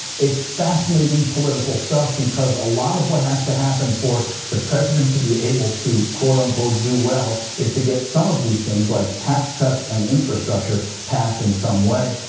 it's fascinating political stuff because a lot of what has to happen for the president to be able to quote unquote do well is to get some of these things like tax cuts and infrastructure passed in some way.